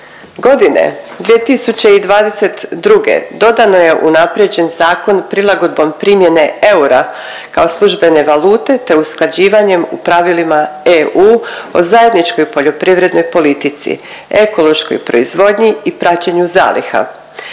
Godine 2022. dodatno je unaprijeđen zakon prilagodbom primjene eura kao službene valute te usklađivanjem u pravilima EU o zajedničkoj poljoprivrednoj politici, ekološkoj proizvodnji i praćenju zaliha.